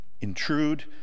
Intrude